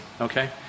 okay